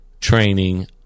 training